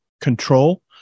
control